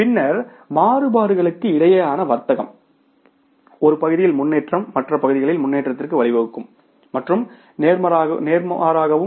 பின்னர் மாறுபாடுகளுக்கிடையேயான வர்த்தகம் ஒரு பகுதியில் முன்னேற்றம் மற்ற பகுதிகளில் முன்னேற்றத்திற்கு வழிவகுக்கும் மற்றும் நேர்மாறாகவும்